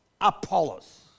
Apollos